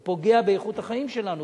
הוא פוגע באיכות החיים שלנו,